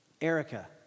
Erica